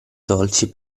dolci